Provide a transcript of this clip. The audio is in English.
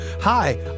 Hi